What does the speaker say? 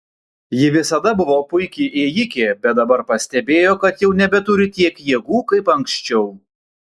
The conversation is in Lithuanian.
ji visada buvo puiki ėjike bet dabar pastebėjo kad jau nebeturi tiek jėgų kaip anksčiau